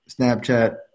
Snapchat